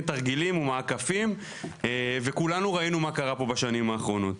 תרגילים או מעקפים וכולנו ראינו מה קרה פה בשנים האחרונות.